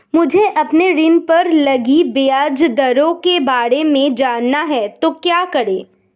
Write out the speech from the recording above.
मुझे अपने ऋण पर लगी ब्याज दरों के बारे में जानना है तो क्या करें?